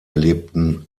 erlebten